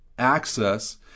access